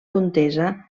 contesa